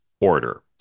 order